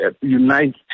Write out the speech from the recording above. united